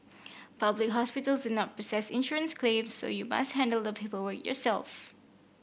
public hospitals do not process insurance claims so you must handle the paperwork yourself